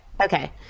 Okay